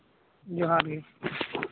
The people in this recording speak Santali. ᱡᱚᱦᱟᱨ ᱜᱮ